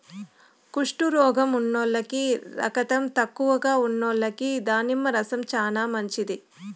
కుష్టు రోగం ఉన్నోల్లకి, రకతం తక్కువగా ఉన్నోల్లకి దానిమ్మ రసం చానా మంచిది